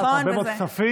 הרבה מאוד כספים,